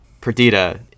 Perdita